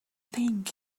think